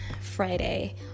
Friday